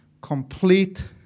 complete